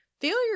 failure